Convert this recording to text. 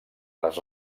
les